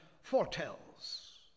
foretells